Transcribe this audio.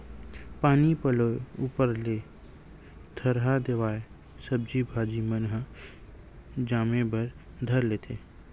पानी पलोय ऊपर ले थरहा देवाय सब्जी भाजी मन ह जामे बर धर लेथे